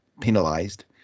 penalized